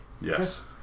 Yes